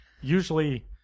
Usually